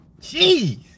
Jeez